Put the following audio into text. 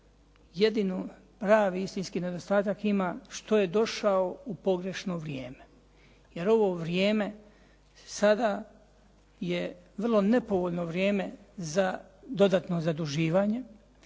jedino pravi i istinski nedostatak ima što je došao u pogrešno vrijeme. Jer ovo vrijeme sada je vrlo nepovoljno vrijeme za dodatno zaduživanje,